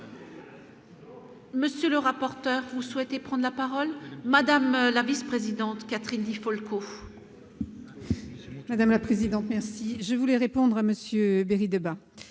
Monsieur le rapporteur, vous souhaitez prendre la parole madame la vice-présidente Catherine Di Folco. Celui que Madame la Présidente, merci, je voulais répondre à Monsieur Berreri